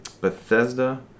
Bethesda